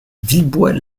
villebois